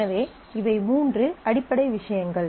எனவே இவை மூன்று அடிப்படை விஷயங்கள்